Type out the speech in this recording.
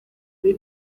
kuri